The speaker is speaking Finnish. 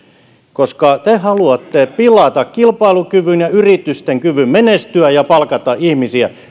koska te haluatte pilata kilpailukyvyn ja yritysten kyvyn menestyä ja palkata ihmisiä